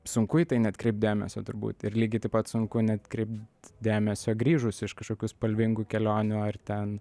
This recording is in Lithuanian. sunku į tai neatkreipt dėmesio turbūt ir lygiai taip pat sunku neatkreipt dėmesio grįžus iš kažkokių spalvingų kelionių ar ten